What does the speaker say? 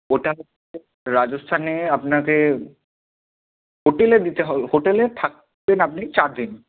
গোটা রাজস্থানে আপনাকে হোটেলে দিতে হবে হোটেলে থাকছেন আপনি চার দিন